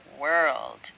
world